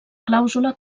clàusula